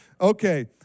Okay